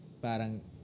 parang